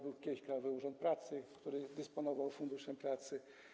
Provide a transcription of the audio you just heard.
Był kiedyś Krajowy Urząd Pracy, który dysponował Funduszem Pracy.